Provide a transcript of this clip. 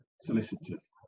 solicitors